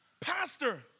Pastor